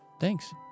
Thanks